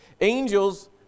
angels